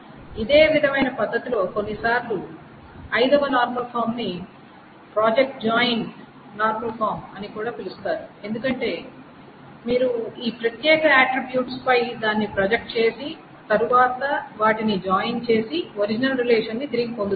ఇదే విధమైన పద్ధతిలో కొన్నిసార్లు 5వ నార్మల్ ఫామ్ ని ప్రాజెక్ట్ జాయిన్ నార్మల్ ఫామ్ అని కూడా పిలుస్తారు ఎందుకంటే మీరు ఈ ప్రత్యేక ఆట్రిబ్యూట్స్ పై దాన్ని ప్రొజెక్ట్ చేసి తరువాత వాటిని జాయిన్ చేసి ఒరిజినల్ రిలేషన్ని తిరిగి పొందుతారు